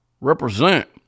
Represent